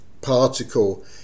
particle